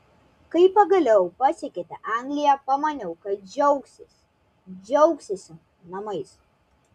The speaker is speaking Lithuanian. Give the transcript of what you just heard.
kai pagaliau pasiekėte angliją pamaniau kad džiaugsiesi džiaugsiesi namais